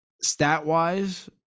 stat-wise